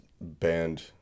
banned